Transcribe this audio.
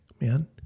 man